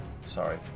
Sorry